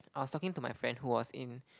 I was talking to my friend who was in